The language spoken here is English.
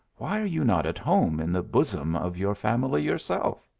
why are you not at home in the bosom of your family yourself?